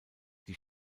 die